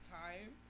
time